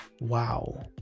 Wow